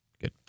good